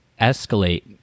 escalate